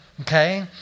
Okay